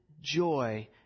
joy